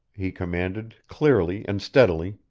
he commanded, clearly and steadily.